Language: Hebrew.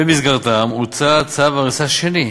במסגרתם הוצא צו הריסה שני,